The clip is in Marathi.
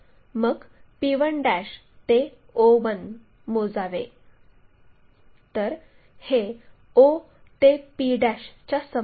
मग p1 ते o1 मोजावे तर हे o ते p च्या समान आहे